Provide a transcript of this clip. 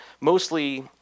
mostly